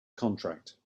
contract